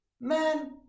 man